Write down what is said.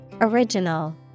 Original